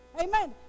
Amen